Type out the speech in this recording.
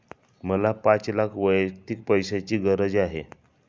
मला पाच लाख वैयक्तिक पैशाची गरज आहे